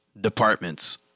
departments